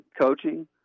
coaching